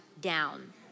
down